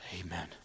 Amen